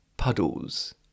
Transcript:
Puddles